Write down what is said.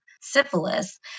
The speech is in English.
syphilis